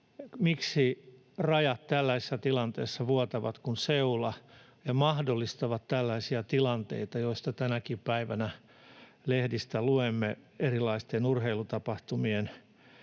miksi rajat tällaisessa tilanteessa vuotavat kuin seula ja mahdollistavat tällaisia tilanteita, joista tänäkin päivänä lehdistä luemme turistien tullessa takaisin